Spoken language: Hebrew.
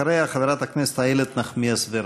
אחריה, חברת הכנסת איילת נחמיאס ורבין.